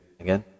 again